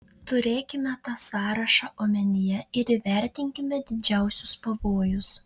turėkime tą sąrašą omenyje ir įvertinkime didžiausius pavojus